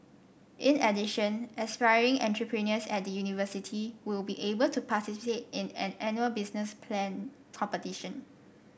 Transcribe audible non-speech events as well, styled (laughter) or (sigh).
in addition aspiring entrepreneurs at the university will be able to (unintelligible) in an annual business plan competition